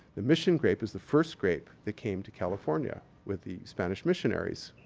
the mission grape is the first grape that came to california with the spanish missionaries.